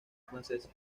francesa